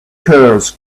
curls